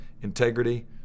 integrity